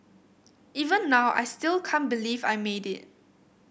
even now I still can't believe I made it